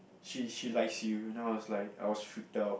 she she like she ran out I was like I was freaked out